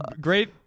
great